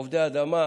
עובדי אדמה,